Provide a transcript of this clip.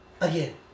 again